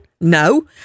No